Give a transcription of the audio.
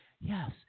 yes